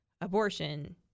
abortion